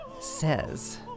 says